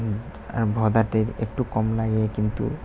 আর ভোডাতে একটু কম লাগে কিন্তু